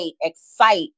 excite